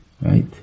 Right